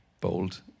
bold